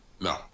No